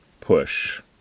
push